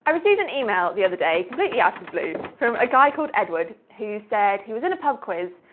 i received an email the other day completely out of the blue from a guy called edward who said he was in a pub quiz.